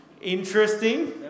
Interesting